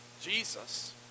Jesus